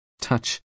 touch